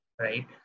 right